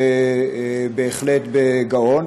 בהחלט בגאון,